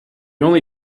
only